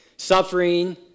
Suffering